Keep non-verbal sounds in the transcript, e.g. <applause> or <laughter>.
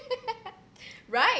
<laughs> right